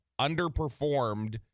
underperformed